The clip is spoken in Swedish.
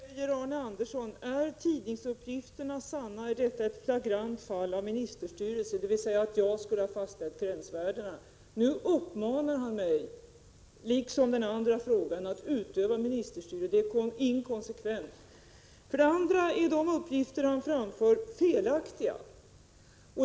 Fru talman! I sin fråga säger Arne Andersson i Ljung: Är tidningsuppgifterna sanna, dvs. att jag skulle ha fastställt gränsvärdena? Är detta ett flagrant fall av ministerstyre? Nu uppmanar han mig, liksom den andre frågeställaren gör, att utöva ministerstyre. Det är inkonsekvent. Vidare är de uppgifter Arne Andersson framför felaktiga.